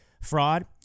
fraud